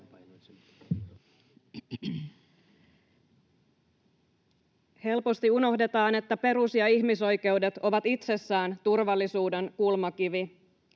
rajat asettavat perus- ja ihmisoikeudet ovat itsessään turvallisuuden kulmakivi.